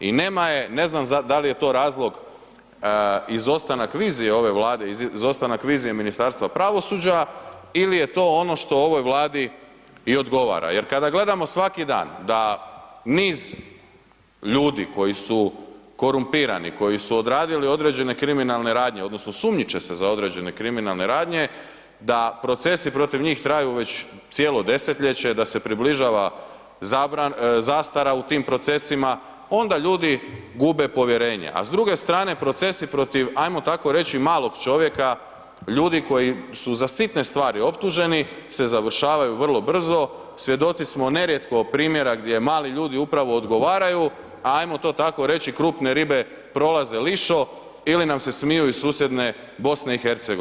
I nema je, ne znam dal je to razlog izostanak vizije ove Vlade i izostanak vizije Ministarstva pravosuđa ili je to ono što ovoj Vladi i odgovora, jer kada gledamo svaki dan da niz ljudi koji su korumpirani, koji su odradili određene kriminalne radnje odnosno sumnjiče se za određene kriminalne radnje, da procesi protiv njih traju već cijelo desetljeće, da se približava zastara u tim procesima, onda ljudi gube povjerenje, a s druge strane, procesi protiv, ajmo tako reći, malog čovjeka, ljudi koji su za sitne stvari optuženi, se završavaju vrlo brzo, svjedoci smo nerijetko primjera gdje mali ljudi upravo odgovaraju, ajmo to tako reći, krupne ribe prolaze lišo ili nam se smiju iz susjedne BiH.